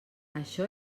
això